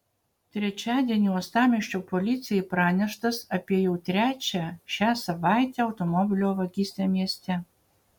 trečiadienį uostamiesčio policijai praneštas apie jau trečią šią savaitę automobilio vagystę mieste